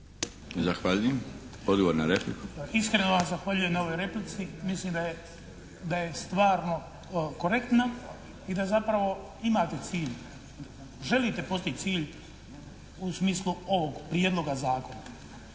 Zahvaljujem. Odgovor na repliku. **Bagarić, Ivan (HDZ)** Iskreno vam zahvaljujem na ovoj replici. Mislim da je stvarno korektna i da zapravo imate cilj, želite postići cilj u smislu ovog prijedloga zakona.